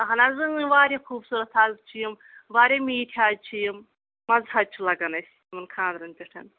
اہن حظ واریاہ خوٗبصوٗرت حظ چھِ یِم واریاہ میٖٹھۍ حظ چھِ یِم مَزٕ حظ چھُ لَگَان اَسہِ خاندرَن پٮ۪ٹھ